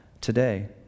today